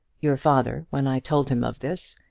your father, when i told him of this,